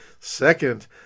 Second